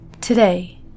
Today